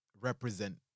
represent